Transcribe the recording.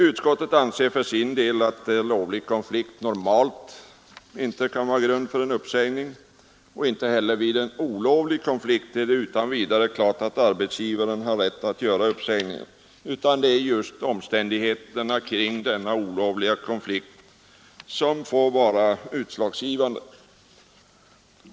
Utskottet anser för sin del att lovlig konflikt normalt inte kan utgöra grund för en uppsägning, och inte heller vid en olovlig konflikt är det utan vidare klart att arbetsgivaren har rätt till uppsägningar, utan det är just omständigheterna kring den olovliga konflikten som får vara utslagsgivande.